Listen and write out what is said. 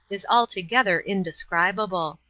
is altogether indescribable.